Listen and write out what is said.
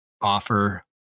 offer